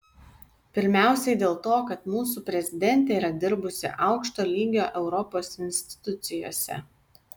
pirmiausiai dėl to kad mūsų prezidentė yra dirbusi aukšto lygio europos institucijose